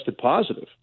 positive